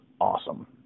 awesome